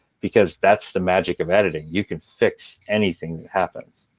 because that's the magic of editing, you can fix anything that happens.